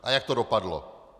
A jak to dopadlo.